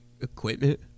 equipment